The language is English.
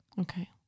Okay